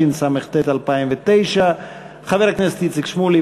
התשס"ט 2009. חבר הכנסת איציק שמולי,